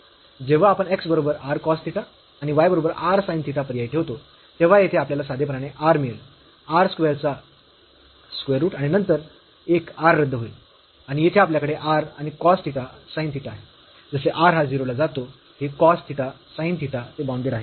तर जेव्हा आपण x बरोबर r cos थिटा आणि y बरोबर r sin थिटा पर्यायी ठेवतो तेव्हा येथे आपल्याला साधेपणाने r मिळेल r स्क्वेअर चा स्क्वेअर रूट आणि नंतर एक r रद्द होईल आणि येथे आपल्याकडे r आणि cos थिटा sin थिटा आहे जसे r हा 0 ला जातो हे cos थिटा sin थिटा ते बाऊंडेड आहेत